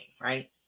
right